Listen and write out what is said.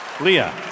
Leah